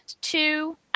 two